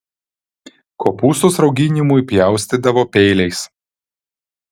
kopūstus rauginimui pjaustydavo peiliais